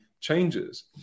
changes